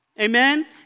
Amen